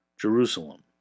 Jerusalem